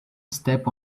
step